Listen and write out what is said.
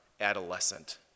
adolescent